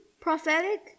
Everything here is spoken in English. prophetic